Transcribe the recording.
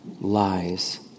lies